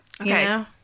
Okay